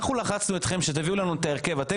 2. הצעת חוק הספורט (תיקון - הסדרת העיסוק באימון ספורט),